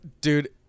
Dude